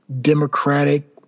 democratic